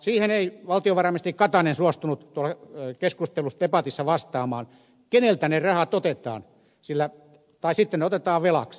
siihen ei valtiovarainministeri katainen suostunut keskustelussa debatissa vastaamaan keneltä ne rahat otetaan tai sitten ne otetaan velaksi